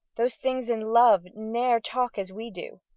those things in love, ne'r talk as we do.